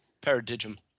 Paradigm